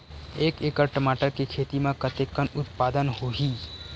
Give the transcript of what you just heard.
एक एकड़ टमाटर के खेती म कतेकन उत्पादन होही?